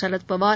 Sharad Pawar